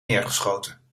neergeschoten